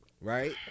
right